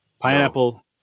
pineapple